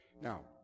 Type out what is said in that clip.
now